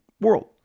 world